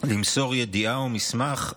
למסור ידיעה או מסמך,